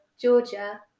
Georgia